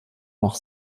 noch